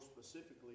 specifically